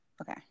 Okay